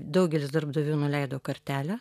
daugelis darbdavių nuleido kartelę